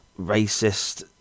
racist